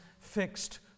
fixed